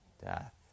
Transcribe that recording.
death